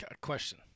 Question